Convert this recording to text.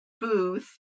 booth